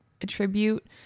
attribute